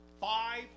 five